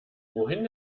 wohin